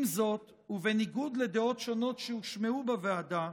עם זאת, ובניגוד לדעות שונות שהושמעו בוועדה,